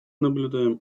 наблюдаем